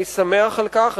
אני שמח על כך.